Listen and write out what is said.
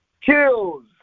kills